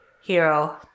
hero